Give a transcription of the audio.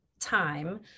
time